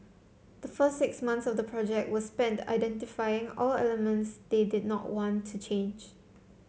the first six months of the project were spent identifying all elements they did not want to change